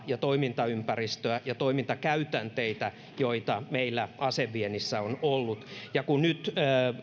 ja toimintaympäristöstä ja toimintakäytänteistä joita meillä aseviennissä on ollut kun nyt